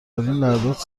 لحظات